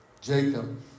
Jacob